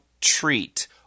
treat